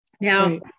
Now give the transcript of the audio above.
now